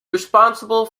responsible